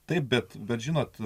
taip bet bet žinot